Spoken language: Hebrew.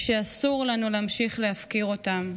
שאסור לנו להמשיך להפקיר אותם.